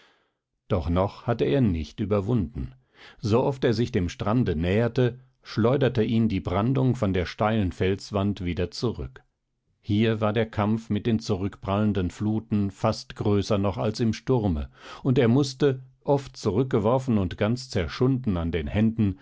doch noch hatte er nicht überwunden so oft er sich dem strande näherte schleuderte ihn die brandung von der steilen felswand wieder zurück hier war der kampf mit den zurückprallenden fluten fast größer noch als im sturme und er mußte oft zurückgeworfen und ganz zerschunden an den händen